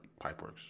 pipeworks